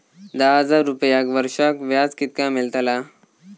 दहा हजार रुपयांक वर्षाक व्याज कितक्या मेलताला?